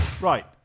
Right